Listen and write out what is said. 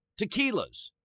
tequilas